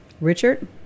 Richard